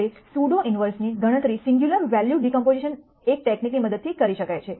હવે pseudo inverse ની ગણતરી સિંગગ્યલર વૅલ્યૂ ડિકોમ્પોઝિશન એક તકનીક ની મદદથી કરી શકાય છે